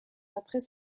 après